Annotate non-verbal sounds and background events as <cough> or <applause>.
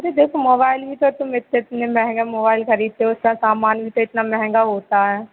<unintelligible> जैसे मोबाइल भी तो तुम इत इतना महँगा मोबाइल खरीदते हो उसका सामान भी तो इतना महँगा होता है